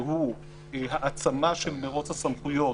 והוא העצמה של מרוץ הסמכויות,